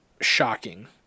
shocking